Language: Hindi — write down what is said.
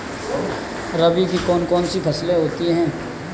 रबी की कौन कौन सी फसलें होती हैं?